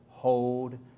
Hold